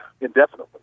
indefinitely